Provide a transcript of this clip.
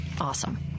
Awesome